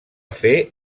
fer